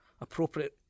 appropriate